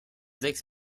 sechs